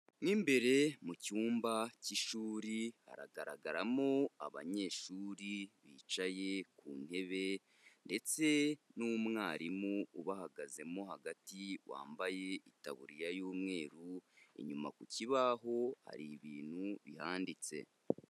Mo imbere mu cyumba cy'ishuri haragaragaramo abanyeshuri bicaye ku ntebe ndetse n'umwarimu ubahagazemo hagati wambaye itaburiya y'umweru, inyuma ku kibaho hari ibintu bihanditse.